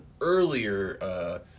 earlier